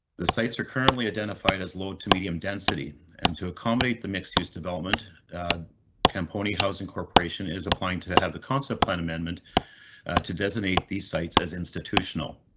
the sites are currently identified as low to medium density and to accommodate the mixed use development camponi housing corporation is applying to have the concept plan amendment to designate these sites as institutional.